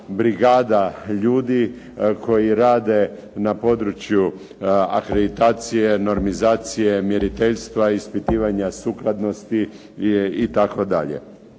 ljudi koji rade na području akreditacije, normizacije, mjeriteljstva, ispitivanja sukladnosti itd.